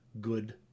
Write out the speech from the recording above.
good